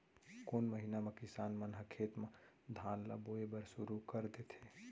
कोन महीना मा किसान मन ह खेत म धान ला बोये बर शुरू कर देथे?